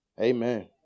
Amen